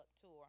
Tour